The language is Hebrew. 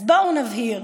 אז בואו נבהיר: